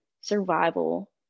survival